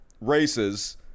races